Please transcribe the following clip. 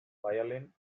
violin